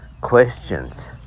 questions